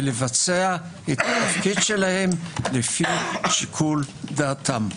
ולבצע את תפקידם לפי שיקול דעתם.